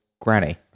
granny